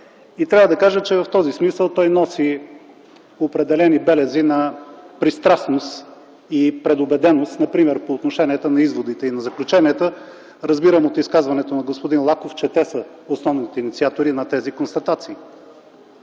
И трябва да кажа, че в този смисъл той носи определени белези на пристрастност и предубеденост, например по отношение на изводите и на заключенията. Разбирам от изказването на господин Лаков, че те са основните инициатори на тези констатации.